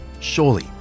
Surely